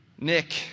Nick